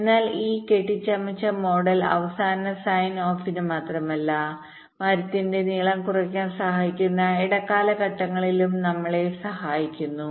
അതിനാൽ ഈ കെട്ടിച്ചമച്ച മോഡൽ അവസാന സൈൻഓഫിന് മാത്രമല്ല മരത്തിന്റെ നീളം കുറയ്ക്കാൻ സഹായിക്കുന്ന ഇടക്കാല ഘട്ടങ്ങളിലും നമ്മെ സഹായിക്കുന്നു